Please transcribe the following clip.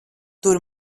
tur